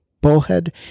bullhead